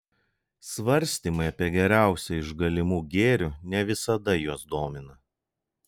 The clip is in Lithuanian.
svarstymai apie geriausią iš galimų gėrių ne visada juos domina